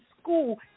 school